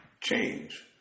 change